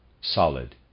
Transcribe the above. solid